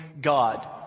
God